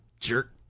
jerk